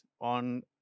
on